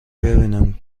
ببینم